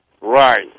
Right